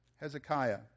Hezekiah